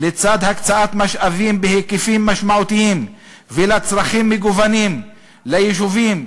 לצד הקצאת משאבים בהיקפים משמעותיים ולצרכים מגוונים ליישובים,